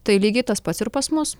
tai lygiai tas pats ir pas mus